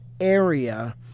area